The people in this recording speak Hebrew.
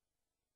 האסלאם